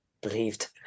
believed